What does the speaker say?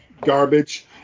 garbage